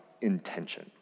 intention